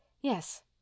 Yes